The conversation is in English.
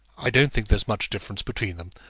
i don't think there's much difference between them.